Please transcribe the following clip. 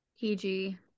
PG